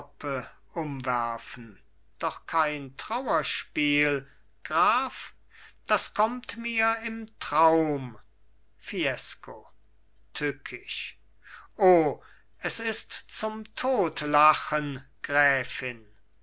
umwerfen doch kein trauerspiel graf das kommt mir im traum fiesco tückisch o es ist zum totlachen gräfin